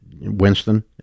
Winston